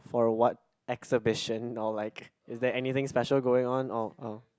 for what exhibition or like is there anything special going on or ah